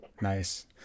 Nice